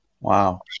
Wow